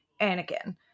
Anakin